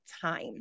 time